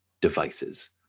devices